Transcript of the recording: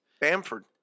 Bamford